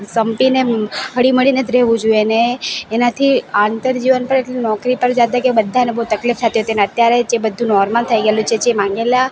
સંપીને હળી મળીને જ રહેવું જોઈએ ને એનાથી આંતર જીવન પણ એટલું નોકરી પણ જતા કે બધાયને બહુ તકલીફ થતી હતી ને અત્યારે જે બધું નોર્મલ થઈ ગયેલું છે જે માંગેલા